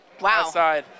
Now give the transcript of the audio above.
Wow